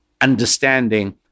understanding